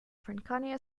franconia